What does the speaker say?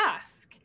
ask